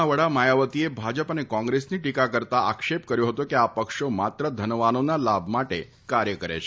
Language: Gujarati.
ના વડા માયાવતીએ ભાજપ અને કોંગ્રેસની ટિકા કરતા આક્ષેપ કર્યો હતો કે આ પક્ષો માત્ર ધનવાનોના લાભ માટે કાર્ય કરે છે